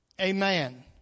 Amen